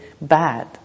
bad